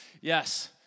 Yes